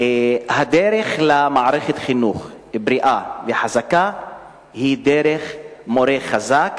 הדרך למערכת חינוך בריאה וחזקה היא דרך מורה חזק,